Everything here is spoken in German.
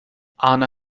arne